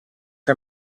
for